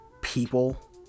people